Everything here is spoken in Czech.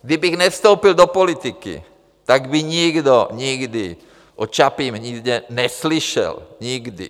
Kdybych nevstoupil do politiky, tak by nikdo nikdy o Čapím hnízdě neslyšel, nikdy.